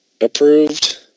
Approved